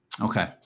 okay